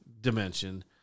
dimension